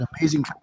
amazing